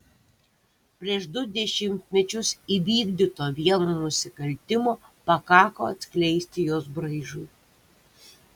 prieš du dešimtmečius įvykdyto vieno nusikaltimo pakako atskleisti jos braižui